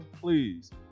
please